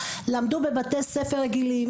למדו בבתי ספר רגילים,